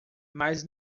mas